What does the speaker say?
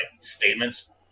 statements